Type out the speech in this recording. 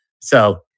So-